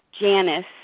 Janice